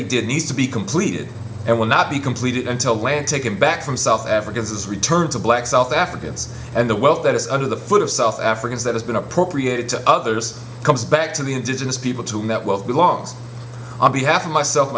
he did needs to be completed and will not be completed until land taken back from south africans is returned to black south africans and the wealth that is under the foot of south africans that has been appropriated to others comes back to the indigenous people to net wealth belongs on behalf of myself